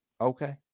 Okay